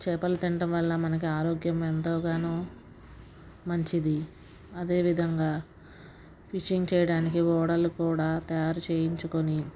చేపలు తినడం వల్ల మనకి ఆరోగ్యం ఎంతోగానో మంచిది అదేవిధంగా ఫిషింగ్ చేయడానికి ఓడలు కూడా తయారు చేయించుకుని